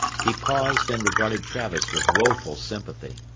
he paused and regarded travis with woeful sympathy.